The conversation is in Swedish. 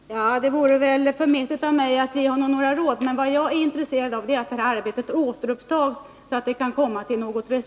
Fru talman! Det vore väl förmätet av mig att ge honom några råd. Vad jag är intresserad av är att arbetet återupptas, så att ett resultat kan nås.